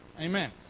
Amen